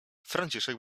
franciszek